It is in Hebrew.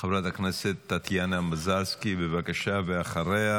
חברת הכנסת טטיאנה מזרסקי, ואחריה,